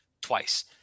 twice